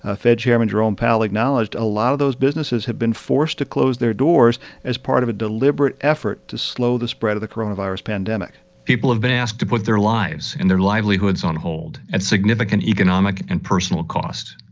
ah fed chairman jerome powell acknowledged a lot of those businesses have been forced to close their doors as part of a deliberate effort to slow the spread of the coronavirus pandemic people have been asked to put their lives and their livelihoods on hold at significant economic and personal costs.